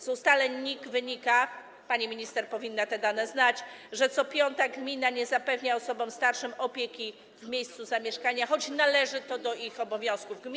Z ustaleń NIK wynika - pani minister powinna te dane znać - że co piąta gmina nie zapewnia osobom starszym opieki w miejscu zamieszkania, choć należy to do obowiązków gminy.